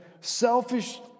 Selfish